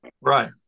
Right